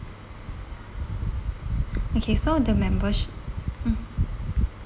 okay so the membership mm